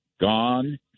gone